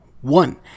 one